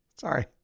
sorry